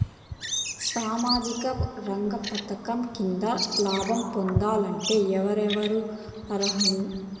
సామాజిక రంగ పథకం కింద లాభం పొందాలంటే ఎవరెవరు అర్హులు?